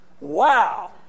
Wow